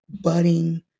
budding